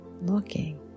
looking